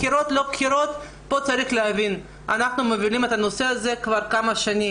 בחירות או לא בחירות צריך להבין: אנחנו מכירים את הנושא הזה כבר שנים.